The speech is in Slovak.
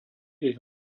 ich